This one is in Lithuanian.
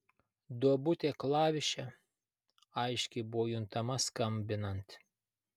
duobutė klaviše aiškiai buvo juntama skambinant